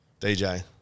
DJ